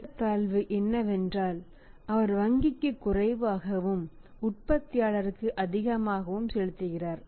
ஒரு ஏற்றத்தாழ்வு என்னவென்றால் அவர் வங்கிக்கு குறைவாகவும் உற்பத்தியாளருக்கு அதிகமாகவும் செலுத்துகிறார்